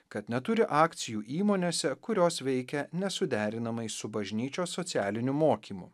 kad neturi akcijų įmonėse kurios veikia nesuderinamai su bažnyčios socialiniu mokymu